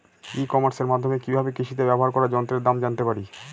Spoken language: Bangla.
ই কমার্সের মাধ্যমে কি ভাবে কৃষিতে ব্যবহার করা যন্ত্রের দাম জানতে পারি?